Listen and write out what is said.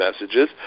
messages